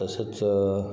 तसंच